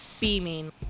beaming